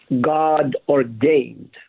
God-ordained